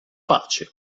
pace